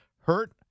hurt